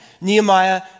Nehemiah